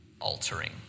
altering